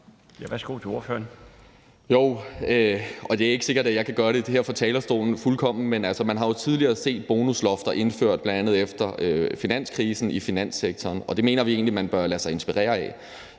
Værsgo til ordføreren.